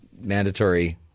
mandatory